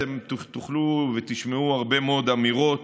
אתם תוכלו, תשמעו הרבה מאוד אמירות